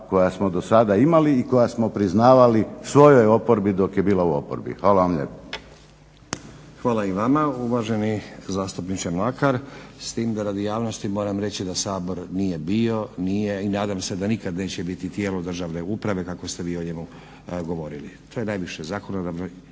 koja smo do sada imali i koja smo priznavali svojoj oporbi dok je bila u oporbi. Hvala vam lijepo. **Stazić, Nenad (SDP)** Hvala i vama, uvaženi zastupniče Mlakar. S tim da radi javnosti reći da Sabor nije bio nije i nadam se da neće biti tijelo državne uprave kako ste vi o njemu govorili. To je najviše zakonodavno,